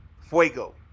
Fuego